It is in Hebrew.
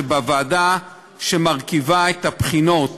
שלוועדה שמרכיבה את הבחינות